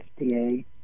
FDA